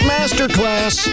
Masterclass